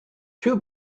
two